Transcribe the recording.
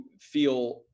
feel